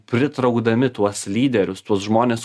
pritraukdami tuos lyderius tuos žmones